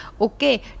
Okay